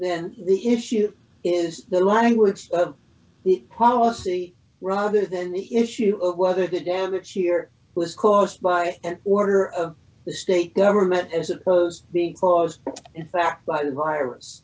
then the issue is the language of the policy rather than the issue of whether the damage here was caused by an order of the state government as opposed to the clause that virus